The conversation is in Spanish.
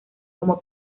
como